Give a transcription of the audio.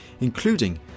including